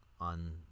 on